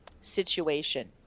situation